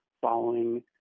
following